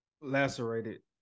Lacerated